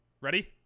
Ready